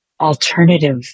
alternative